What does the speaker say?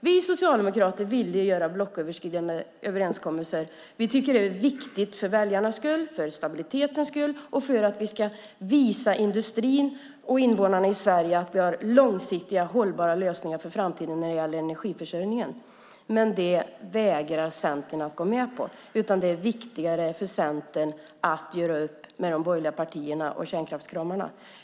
Vi socialdemokrater ville göra blocköverskridande överenskommelser. Vi tycker att det är viktigt för väljarnas skull, för stabilitetens skull och för att visa industrin och invånarna i Sverige att vi har långsiktiga och hållbara lösningar för framtiden när det gäller energiförsörjningen. Men detta vägrar Centern att gå med på. Det är viktigare för Centern att göra upp med de borgerliga partierna och kärnkraftskramarna.